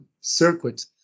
circuit